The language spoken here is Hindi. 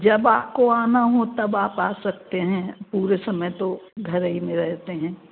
जब आपको आना हो तब आप आ सकते हैं पूरे समय तो घर ही में रहते हैं